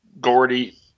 Gordy